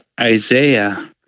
Isaiah